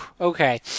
okay